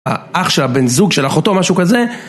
האח של הבן זוג של אחותו משהו כזה